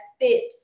fits